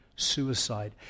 suicide